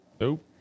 Nope